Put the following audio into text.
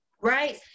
Right